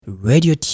radio